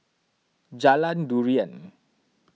Jalan Durian